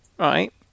Right